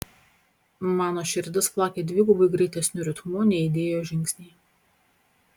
mano širdis plakė dvigubai greitesniu ritmu nei aidėjo žingsniai